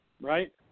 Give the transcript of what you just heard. right